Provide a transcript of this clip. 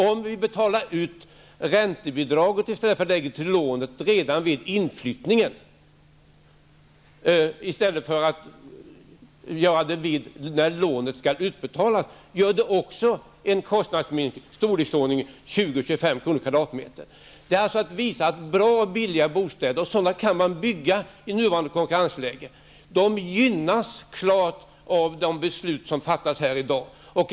Om vi betalar ut räntebidraget redan vid inflyttningen i stället för att lägga det till lånet, och alltså inte betalar det först när lånet skall utbetalas, blir det också en kostnad på 20--25 kr. per kvadratmeter. Detta visar att bra och billiga bostäder -- och sådana kan man bygga i nuvarande konkurrensläge -- klart gynnas av de beslut som kommer att fattas i dag.